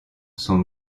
sont